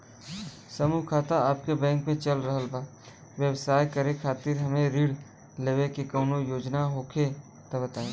समूह खाता आपके बैंक मे चल रहल बा ब्यवसाय करे खातिर हमे ऋण लेवे के कौनो योजना होखे त बताई?